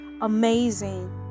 amazing